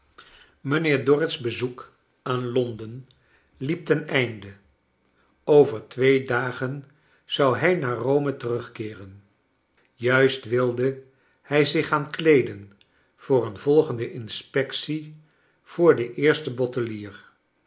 mijnheer dorrit's bezoek aan londen liep ten einde over twee dagen zou hij naar rome terugkeeren juist wilde hij zich gaan kleeden voor een volgende inspectie voor den eersten bottelier